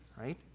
right